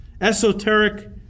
esoteric